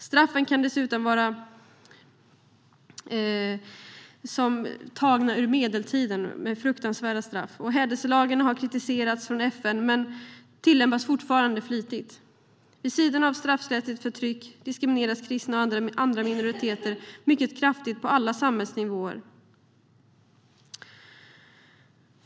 Straffen kan dessutom vara som tagna ur medeltiden. Det är fruktansvärda straff. Hädelselagen har kritiserats av FN men tillämpas fortfarande flitigt. Vid sidan av straffrättsligt förtryck diskrimineras kristna och andra minoriteter mycket kraftigt på alla samhällsnivåer.